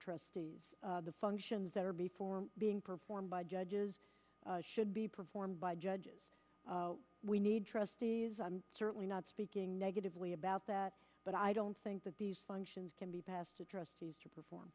trust the functions that are before being performed by judges should be performed by judges we need trustees i'm certainly not speaking negatively about that but i don't think that these functions can be passed addressed to perform